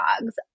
dogs